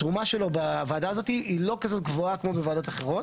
התרומה שלו בוועדה הזאת היא לא כזאת גבוהה כמו בוועדות אחרות.